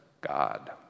God